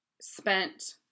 spent